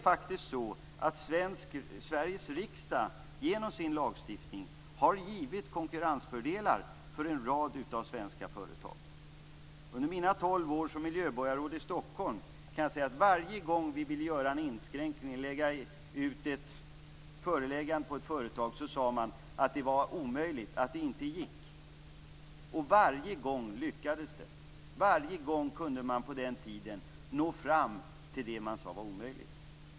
Sveriges riksdag har faktiskt genom sin lagstiftning givit konkurrensfördelar för en rad svenska företag. Under mina tolv år som miljöborgarråd i Stockholm var det så att varje gång vi ville göra en inskränkning, lägga ut ett föreläggande på ett företag, sade man att det var omöjligt, att det inte gick. Och varje gång lyckades det, varje gång var det möjligt att nå fram till det man sade var omöjligt.